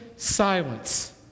silence